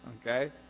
okay